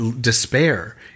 despair